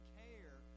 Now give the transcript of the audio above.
care